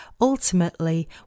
Ultimately